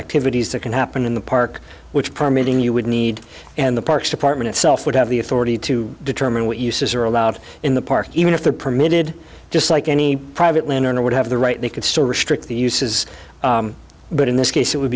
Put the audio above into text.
activities that can happen in the park which permitting you would need and the parks department itself would have the authority to determine what uses are allowed in the park even if they're permitted just like any private land owner would have the right they could still restrict the uses but in this case it would